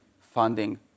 funding